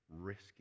risky